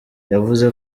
yavuze